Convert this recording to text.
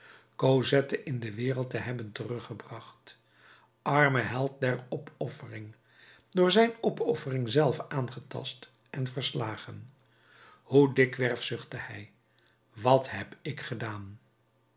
cosette in de wereld te hebben teruggebracht arme held der opoffering door zijn opoffering zelve aangetast en verslagen hoe dikwerf zuchtte hij wat heb ik gedaan